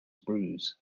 bruise